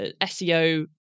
SEO